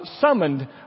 summoned